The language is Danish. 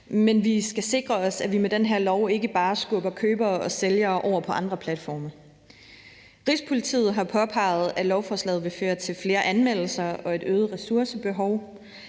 Vi skal sikre os, at vi med den her lov ikke bare skubber købere og sælger over på andre platforme. Rigspolitiet har påpeget, at lovforslaget vil føre til flere anmeldelser og et øget ressourcebehov.